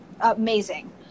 Amazing